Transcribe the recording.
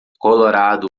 colorado